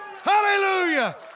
Hallelujah